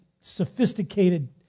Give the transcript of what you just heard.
sophisticated